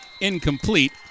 Incomplete